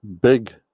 big